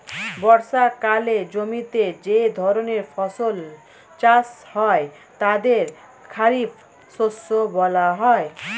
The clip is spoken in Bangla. বর্ষাকালে জমিতে যে ধরনের ফসল চাষ হয় তাদের খারিফ শস্য বলা হয়